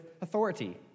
authority